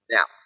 Now